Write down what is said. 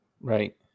Right